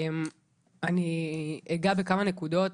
אני אגע בכמה נקודות,